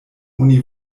oni